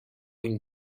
une